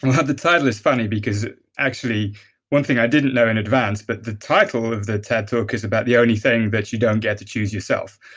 well, the title is funny because actually one thing i didn't know in advance, but the title of the tedtalk is about the only thing that you don't get to choose yourself.